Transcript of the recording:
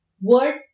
word